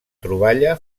troballa